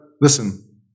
listen